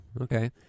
Okay